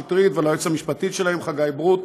בהחלט פריצת דרך חשובה.